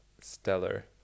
stellar